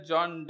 John